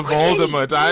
Voldemort